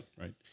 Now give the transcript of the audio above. right